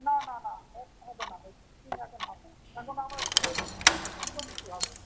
না না না হবে না এখন হবে না এখন আমরা সূর্যমুখী হবে